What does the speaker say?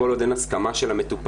כל עוד אין הסכמה של המטופל,